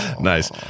Nice